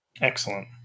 Excellent